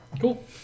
Cool